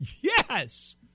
Yes